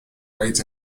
rights